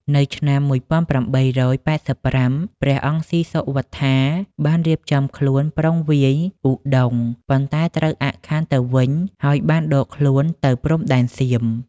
នៅឆ្នាំ ១៨៨៥ ព្រះអង្គស៊ីសុវត្ថាបានរៀបចំខ្លួនប្រុងវាយឧដុង្គ ប៉ុន្តែត្រូវអាក់ខានទៅវិញ ហើយបានដកខ្លួនទៅព្រំដែនសៀម។